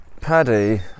Paddy